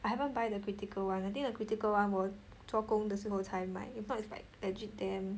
I haven't buy the critical one I think the critical one 我做工的时候才买 if not it's like legit damn